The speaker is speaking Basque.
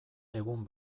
egun